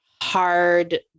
hard